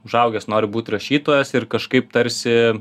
užaugęs noriu būt rašytojas ir kažkaip tarsi